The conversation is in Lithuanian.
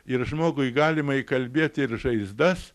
ir žmogui galima įkalbėti ir žaizdas